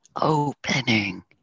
opening